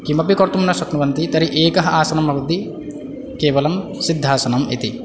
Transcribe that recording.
किमपि कर्तुं न शक्नुवन्ति तर्हि एकम् आसनं भवति केवलं सिद्धासनम् इति